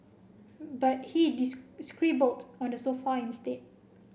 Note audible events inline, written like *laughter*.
but he *unintelligible* scribbled on the sofa instead